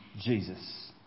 Jesus